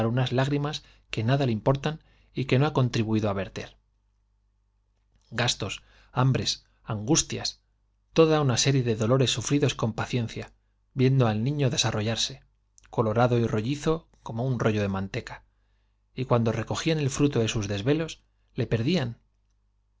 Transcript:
unas lágrimas que nada le importan y gue no tribuí do á verter de i gastos hambres ángustias toda una serie al niño des dolores sufridos con paciencia viendo arrollarse colorado y rollizo como un rollo de manteca cuando recogían el fruto de sus desvelos le y la perdían